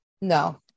No